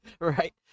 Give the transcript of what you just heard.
Right